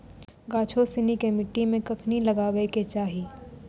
गाछो सिनी के मट्टी मे कखनी लगाबै के चाहि?